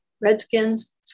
Redskins